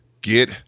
get